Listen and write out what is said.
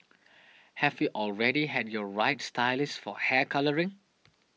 have you already had your right stylist for hair colouring